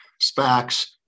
SPACs